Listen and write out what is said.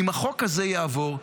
אם החוק הזה יעבור,